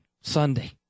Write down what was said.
Sunday